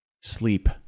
Sleep